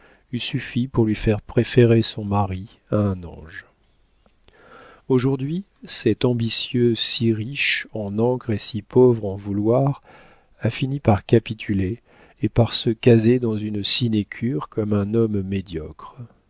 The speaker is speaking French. eût suffi pour lui faire préférer son mari à un ange aujourd'hui cet ambitieux si riche en encre et si pauvre en vouloir a fini par capituler et par se caser dans une sinécure comme un homme médiocre